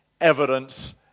evidence